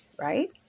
right